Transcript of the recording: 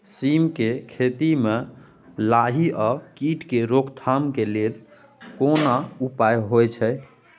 सीम के खेती म लाही आ कीट के रोक थाम के लेल केना उपाय होय छै?